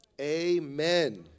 Amen